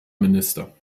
minister